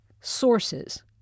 sources